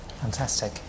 Fantastic